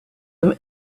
him